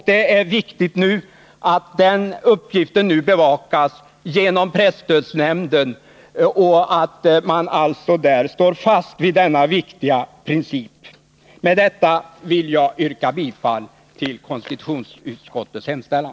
Det är viktigt att den uppgiften nu bevakas genom presstödsnämnden och att man alltså står fast vid denna viktiga princip. Med detta vill jag yrka bifall till konstitutionsutskottets hemställan.